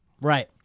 Right